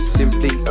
simply